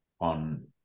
on